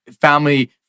family